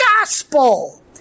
gospel